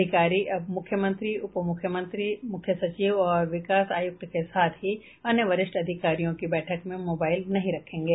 अधिकारी अब मुख्यमंत्री उप मुख्यमंत्री मुख्य सचिव और विकास आयुक्त के साथ ही अन्य वरिष्ठ अधिकारियों की बैठक में मोबाइल फोन नहीं रखेंगे